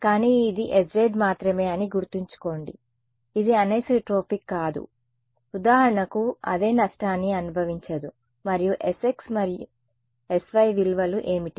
కానీ ఇది sz మాత్రమే అని గుర్తుంచుకోండి ఇది అనిసోట్రోపిక్ కాదు ఉదాహరణకు అదే నష్టాన్ని అనుభవించదు మరియు sx మరియు sy విలువలు ఏమిటి